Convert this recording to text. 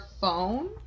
phone